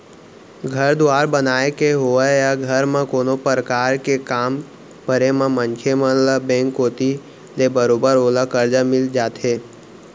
घर दुवार बनाय के होवय या घर म कोनो परकार के काम परे म मनसे मन ल बेंक कोती ले बरोबर ओला करजा मिल जाथे